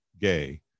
gay